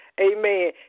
Amen